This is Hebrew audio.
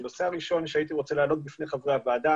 הנושא הראשון שהייתי רוצה להעלות בפני חברי הוועדה